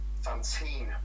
Fantine